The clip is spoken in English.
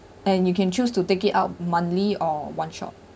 and you can choose to take it out monthly or one shot